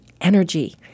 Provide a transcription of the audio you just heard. energy